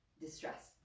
distress